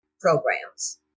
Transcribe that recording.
programs